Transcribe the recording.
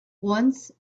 once